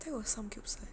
I thought it was samgyeopsal